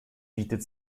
bietet